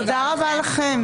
תודה רבה לכם.